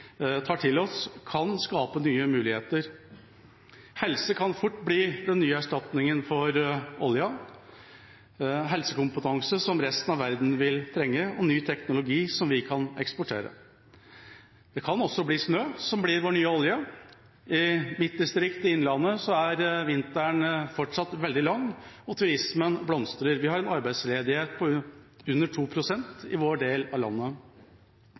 tar til oss, kan skape nye muligheter. Helse kan fort bli den nye erstatningen for oljen – helsekompetanse som resten av verden vil trenge, og ny teknologi som vi kan eksportere. Snø kan også bli vår nye olje. I mitt distrikt i innlandet er vinteren fortsatt veldig lang, og turismen blomstrer. Vi har en arbeidsledighet på under 2 pst. i vår del av landet.